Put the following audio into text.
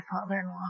father-in-law